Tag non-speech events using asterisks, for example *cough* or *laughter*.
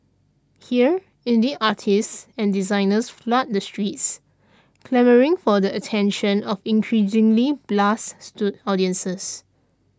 here indie artists and designers flood the streets clamouring for the attention of increasingly blase *unintelligible* audiences